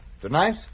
Tonight